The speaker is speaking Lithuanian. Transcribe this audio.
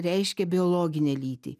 reiškia biologinę lytį